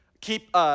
keep